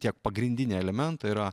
tiek pagrindiniai elementai yra